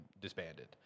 disbanded